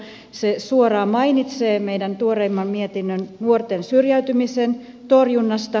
se suoraan mainitsee meidän tuoreimman mietinnön nuorten syrjäytymisen torjunnasta